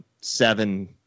seven